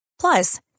Plus